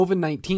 COVID-19